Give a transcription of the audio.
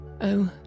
Oh